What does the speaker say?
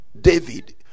david